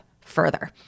further